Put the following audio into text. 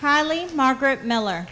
highly margaret meller